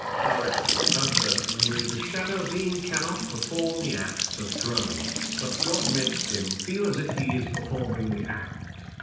however, a person who is a shadow being cannot perform the act of throwing, but god makes him feel as if he is performing the act.